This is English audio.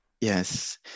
Yes